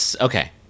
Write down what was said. Okay